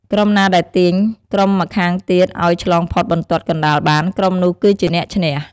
ក្រុមណាដែលទាញក្រុមម្ខាងទៀតឱ្យឆ្លងផុតបន្ទាត់កណ្ដាលបាន ក្រុមនោះគឺជាអ្នកឈ្នះ។